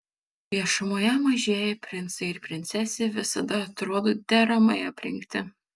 viešumoje mažieji princai ir princesė visada atrodo deramai aprengti